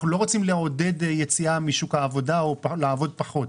אנחנו לא רוצים לעודד יציאה משוק העבודה או לעבוד פחות,